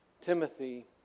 Timothy